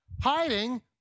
hiding